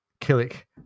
killick